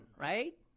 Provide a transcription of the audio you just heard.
right